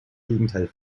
gegenteil